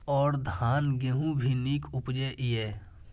और धान गेहूँ भी निक उपजे ईय?